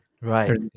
right